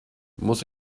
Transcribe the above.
muss